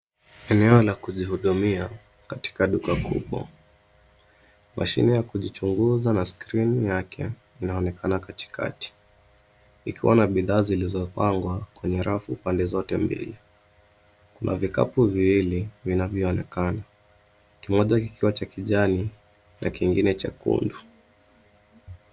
Eneo la kujihudumia katika duka kubwa. Mashine ya kujichunguza na skrini yake inaonekana katikati ikiwa na bidhaa zilizopangwa kwenye rafu pande zote mbili. Kuna vikapu viwili vinavyoonekana, kimoja kikiwa cha kijani na kingine chekundu.